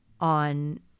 on